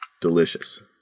delicious